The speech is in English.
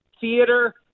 theater